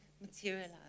materialize